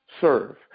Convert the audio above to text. Serve